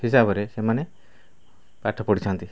ହିସାବରେ ସେମାନେ ପାଠ ପଢ଼ିଛନ୍ତି